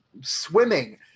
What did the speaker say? swimming